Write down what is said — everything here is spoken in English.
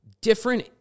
different